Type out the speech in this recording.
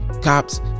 Cops